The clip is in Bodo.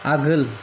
आगोल